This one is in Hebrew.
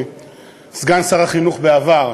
סגן שר החינוך בעבר,